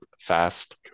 fast